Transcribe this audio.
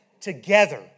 together